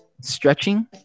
Stretching